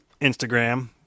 Instagram